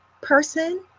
person